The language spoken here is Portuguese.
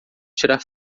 tirar